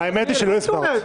האמת היא שלא הסברת.